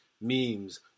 memes